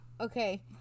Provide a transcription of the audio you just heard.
okay